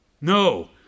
No